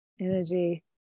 energy